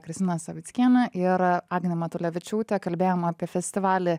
kristina savickienė ir agnė matulevičiūtė kalbėjom apie festivalį